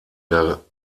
der